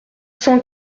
cent